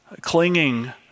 clinging